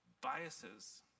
biases